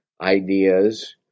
ideas